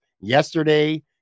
yesterday